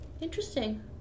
interesting